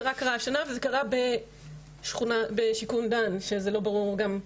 זה רק קרה השנה וזה קרה בשיכון דן שזה לא ברור גם,